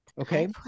Okay